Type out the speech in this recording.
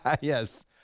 Yes